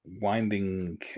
winding